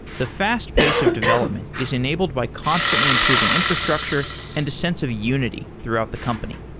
the fast pace of development is enabled by constantly improving infrastructure and a sense of unity throughout the company.